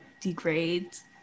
degrades